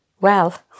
Well